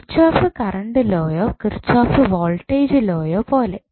Kirchhoff current ലോയോ Kirchhoff voltage ലോയോ പോലെ